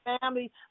family